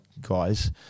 guys